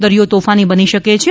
દરિયો તોફાની બની શકેછે